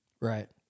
Right